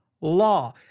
law